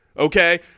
Okay